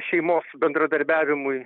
šeimos bendradarbiavimui